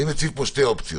אני מציב פה שתי אופציות.